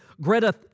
Greta